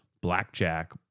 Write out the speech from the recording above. blackjack